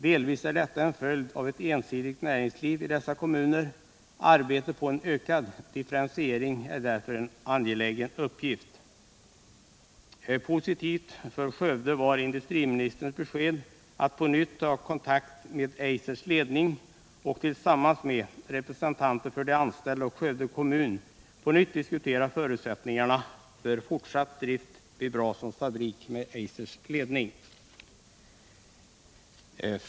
Delvis är detta en följd av ett ensidigt näringsliv i dessa kommuner, och arbetet på en ökad differentiering är därför en angelägen uppgift. Positivt för Skövde var industriministerns besked att på nytt ta kontakt med Eisers ledning och tillsammans med representanter för de anställda och Skövde kommun på nytt diskutera förutsättningarna för fortsatt drift vid Brasons fabrik.